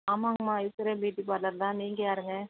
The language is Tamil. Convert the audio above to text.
ஆமாங்கம்மா ஐஸ்வர்யா பியூட்டி பார்லர் தான் நீங்கள் யாருங்க